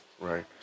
right